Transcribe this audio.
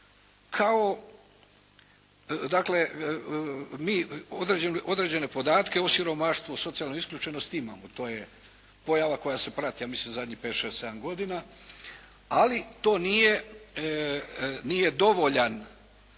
Dakle, mi određene podatke o siromaštvu, o socijalnoj isključenosti imamo, to je pojava koja se prati ja mislim zadnjih 5, 6, 7 godina, ali to nije dovoljna